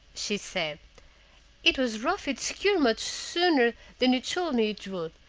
she said it has wrought its cure much sooner than you told me it would,